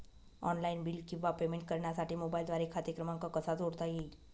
Online bill किंवा payment करण्यासाठी मोबाईलद्वारे खाते क्रमांक कसा जोडता येईल?